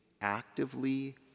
actively